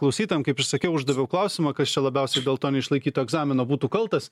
klausytojam kaip ir sakiau uždaviau klausimą kas čia labiausiai dėl to neišlaikyto egzamino būtų kaltas